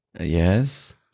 Yes